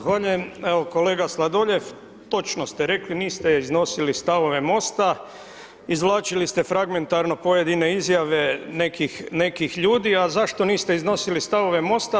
Zahvaljujem, evo kolega Sladoljev točno ste rekli niste iznosili stavove MOST-a izvlačili ste fragmentarno pojedine izjave nekih ljudi, a zašto niste iznosili stavove MOST-a?